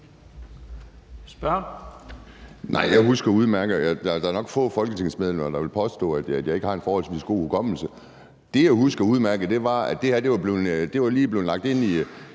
jeg husker udmærket, og der er nok få folketingsmedlemmer, der vil påstå, at jeg ikke har en forholdsvis god hukommelse. Det, jeg husker udmærket, er, at det her lige var blevet lagt ind i